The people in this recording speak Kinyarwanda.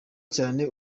cyane